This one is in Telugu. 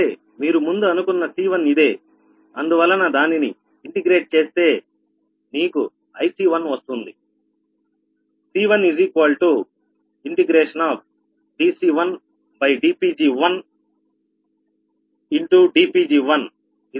సరే మీరు ముందు అనుకున్నా C1 ఇదే అందువలన దానిని ఇంటిగ్రేట్ చేస్తే నీకు IC1 వస్తుంది